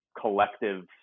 Collective